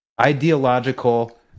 ideological